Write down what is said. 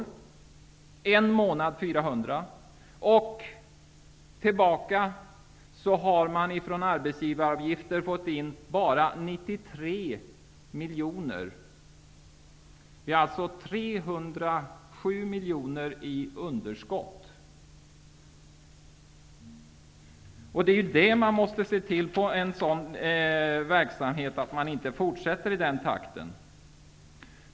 Genom arbetsgivaravgifter har man fått tillbaka endast 93 miljoner. Det är alltså ett underskott på 307 miljoner. Man måste se till att det inte fortsätter i den takten.